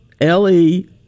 L-E